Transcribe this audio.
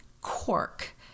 cork